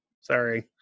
Sorry